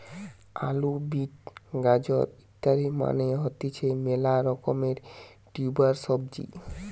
আলু, বিট, গাজর ইত্যাদি মানে হতিছে মেলা রকমের টিউবার সবজি